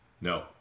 No